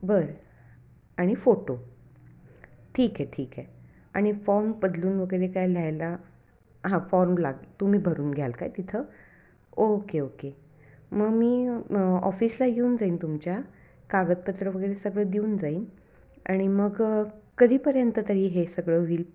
बरं आणि फोटो ठीक आहे ठीक आहे आणि फॉर्म बदलून वगैरे काय लिहायला हां फॉर्म लाग तुम्ही भरून घ्याल काय तिथं ओके ओके मग मी मग ऑफिसला येऊन जाईन तुमच्या कागदपत्रं वगैरे सगळं देऊन जाईन आणि मग कधीपर्यंत तरी हे सगळं होईल